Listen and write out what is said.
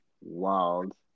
Wild